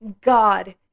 god